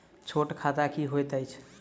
छोट खाता की होइत अछि